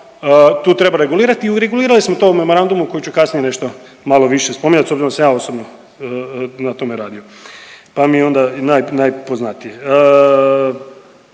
tu treba regulirati i regulirali smo to u memorandumu koji ću kasnije nešto malo više spominjat s obzirom da sam ja osobno na tome radio, pa mi je onda najpoznatiji.